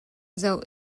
zoh